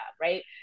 right